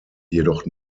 jedoch